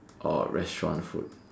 or restaurant food